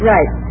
Right